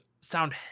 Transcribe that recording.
sound